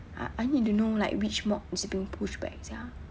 I I need to know like which mods is being pushed back sia